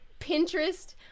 pinterest